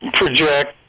project